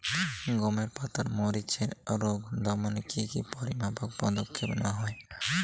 গমের পাতার মরিচের রোগ দমনে কি কি পরিমাপক পদক্ষেপ নেওয়া হয়?